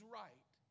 right